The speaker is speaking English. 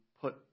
put